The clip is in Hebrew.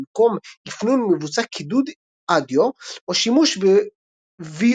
ובמקום אפנון מבוצע קידוד אודיו או שימוש ב-Vocoder.